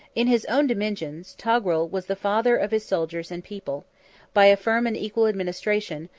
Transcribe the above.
in his own dominions, togrul was the father of his soldiers and people by a firm and equal administration,